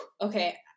okay